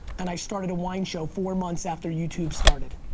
and i started a wine show four months after youtube started.